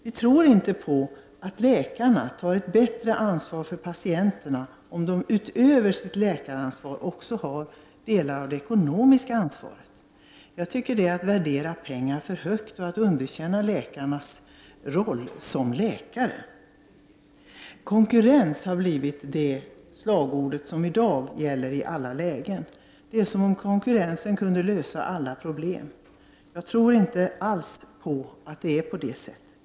Vi tror inte på att läkarna tar ett bättre ansvar för patienterna om de utöver sitt läkaransvar också har delar av det ekonomiska ansvaret. Jag tycker att det är att värdera pengar för högt och att underkänna läkarnas roll som läkare. Konkurrens har blivit det slagord som i dag gäller i alla lägen. Det är som om konkurrensen kunde lösa alla problem. Jag tror inte alls på att det är på det sättet.